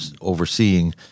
overseeing